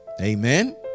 Amen